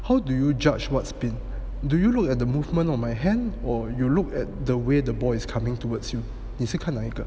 how do you judge what's spin do you look at the movement on my hand or you look at the way the balls coming towards you 你是看哪一个